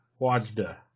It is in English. Wajda